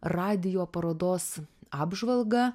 radijo parodos apžvalgą